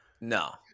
No